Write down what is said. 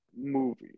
movie